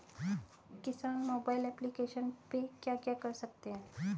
किसान mobile application पे क्या क्या कर सकते हैं?